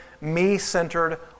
me-centered